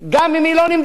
שלא יהיו אי-הבנות.